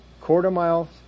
quarter-mile